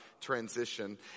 transition